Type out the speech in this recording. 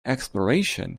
exploration